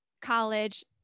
college